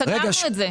סגרנו את זה.